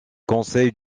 conseils